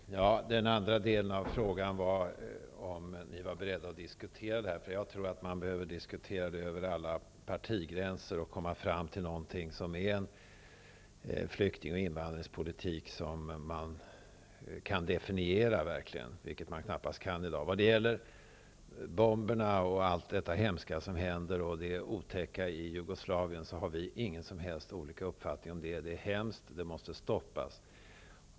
Herr talman! Den andra delen av frågan gällde om regeringen är beredd att diskutera detta. Jag tror att vi behöver diskutera det över alla partigränser för att komma fram till en flykting och invandringspolitik som man kan definiera. Det kan man knappast i dag. När det gäller bomberna och allt det hemska och otäcka som händer i Jugoslavien har vi inte någon som helst annan uppfattning. Det är hemskt, och det måste stoppas.